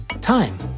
time